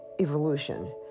evolution